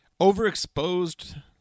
overexposed